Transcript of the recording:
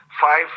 five